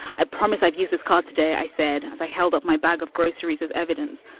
i promise i've use this card today, i said as i held up my bag of groceries as evidence.